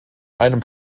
einem